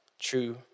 true